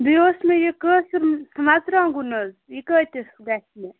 بیٚیہِ اوس مےٚ یہِ کٲشُر مرژٕواگُن حظ یہِ کٍتِس گَژھِ مےٚ